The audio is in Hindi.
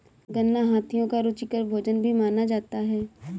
गन्ना हाथियों का रुचिकर भोजन भी माना जाता है